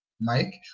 Mike